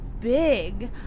big